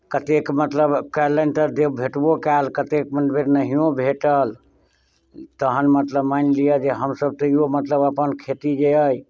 कतेक मतलब कयलनि तऽ दे भेटबो कयल कतेक बेर नहिओ भेटल तखन मतलब मानि लिअ जे हमसभ तैओ मतलब अपन खेती जे अइ